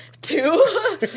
Two